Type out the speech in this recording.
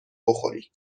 بخوری